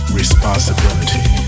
responsibility